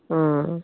অঁ